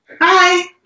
Hi